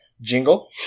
jingle